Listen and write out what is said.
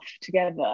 together